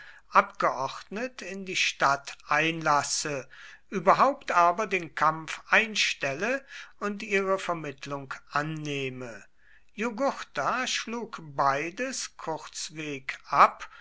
abgeordnet in die stadt einlasse überhaupt aber den kampf einstelle und ihre vermittlung annehme jugurtha schlug beides kurzweg ab